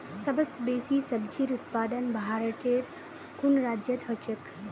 सबस बेसी सब्जिर उत्पादन भारटेर कुन राज्यत ह छेक